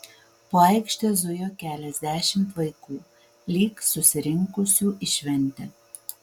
po aikštę zujo keliasdešimt vaikų lyg susirinkusių į šventę